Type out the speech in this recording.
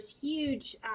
huge